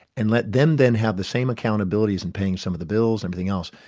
and let them then have the same accountabilities in paying some of the bills and anything else.